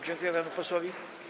Dziękuję panu posłowi.